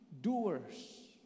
doers